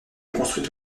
construite